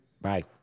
Bye